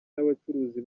n’abacuruzi